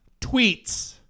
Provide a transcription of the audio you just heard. tweets